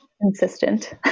consistent